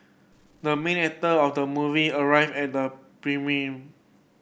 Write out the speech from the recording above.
the main actor of the movie arrived at the premiere